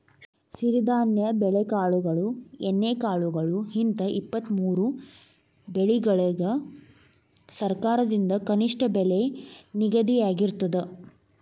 ಸಿರಿಧಾನ್ಯ ಬೆಳೆಕಾಳುಗಳು ಎಣ್ಣೆಕಾಳುಗಳು ಹಿಂತ ಇಪ್ಪತ್ತಮೂರು ಬೆಳಿಗಳಿಗ ಸರಕಾರದಿಂದ ಕನಿಷ್ಠ ಬೆಲೆ ನಿಗದಿಯಾಗಿರ್ತದ